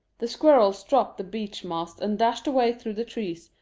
the squirrels dropped the beech mast and dashed away through the trees,